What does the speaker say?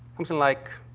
something like